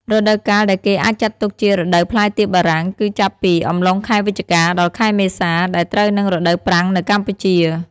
រដូវកាលដែលគេអាចចាត់ទុកជា រដូវផ្លែទៀបបារាំង គឺចាប់ពី អំឡុងខែវិច្ឆិកា ដល់ខែមេសា ដែលត្រូវនឹងរដូវប្រាំងនៅកម្ពុជា។